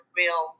real